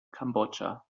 kambodscha